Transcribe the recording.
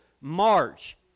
march